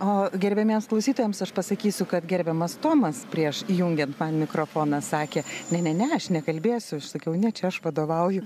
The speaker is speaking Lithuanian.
o gerbiamiems klausytojams aš pasakysiu kad gerbiamas tomas prieš įjungiant mikrofoną sakė ne ne ne aš nekalbėsiu aš sakiau ne čia aš vadovauju